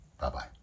Bye-bye